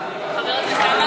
יכולה?